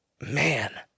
man